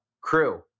crew